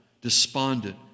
despondent